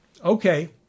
okay